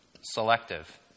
selective